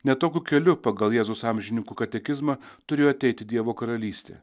ne tokiu keliu pagal jėzaus amžininkų katekizmą turėjo ateiti dievo karalystė